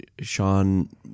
sean